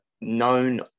known